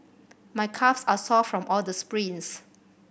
my calves are sore from all the sprints